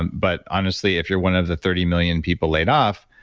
but honestly, if you're one of the thirty million people laid off,